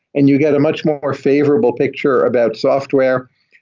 and you get a much more favorable picture about software.